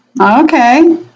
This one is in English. okay